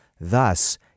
Thus